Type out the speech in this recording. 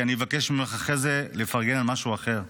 כי אני אבקש ממך אחרי זה לפרגן על משהו אחר,